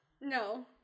no